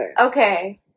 Okay